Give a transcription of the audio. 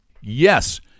Yes